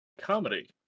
comedy